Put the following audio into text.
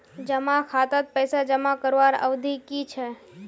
जमा खातात पैसा जमा करवार अवधि की छे?